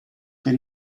per